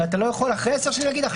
ואתה לא יכול אחרי עשר שנים לומר-